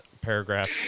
paragraph